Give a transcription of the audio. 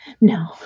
No